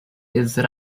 ezra